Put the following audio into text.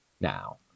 now